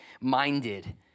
minded